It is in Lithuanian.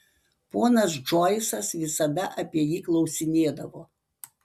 ponas džoisas visada apie jį klausinėdavo